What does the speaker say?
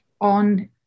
on